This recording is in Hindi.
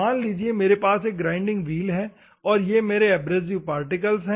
मान लीजिए मेरे पास एक ग्राइंडिंग व्हील है और ये मेरे एब्रेसिव पार्टिकल है